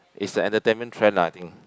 is the entertainment trend lah I think